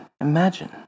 imagine